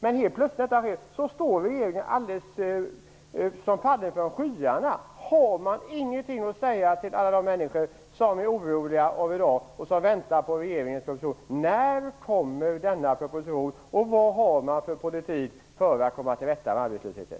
Men när det helt plötsligt sker något, står regeringen alldeles som fallen från skyarna. Har man ingenting att säga till alla de människor som är oroliga och som väntar på regeringens besked? När kommer denna proposition, och vad har man för politik för att komma till rätta med arbetslösheten?